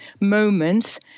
moments